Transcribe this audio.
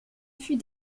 fut